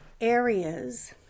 areas